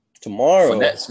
Tomorrow